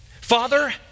Father